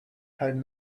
heard